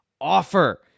offer